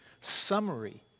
summary